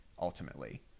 ultimately